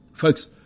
Folks